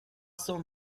cent